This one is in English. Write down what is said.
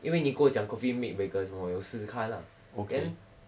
因为你跟我讲 coffee meet bagel 我有试试看啦 then